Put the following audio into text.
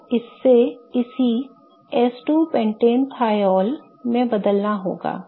तो इससे इसी S 2 pentanethiol में बदलना होगा